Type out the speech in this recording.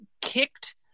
kicked